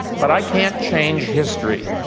but i can't change history.